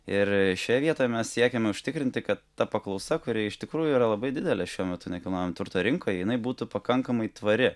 ir šioje vietoje mes siekiame užtikrinti kad ta paklausa kuri iš tikrųjų yra labai didelė šiuo metu nekilnojamo turto rinkoje jinai būtų pakankamai tvari